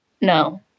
No